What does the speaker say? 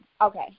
Okay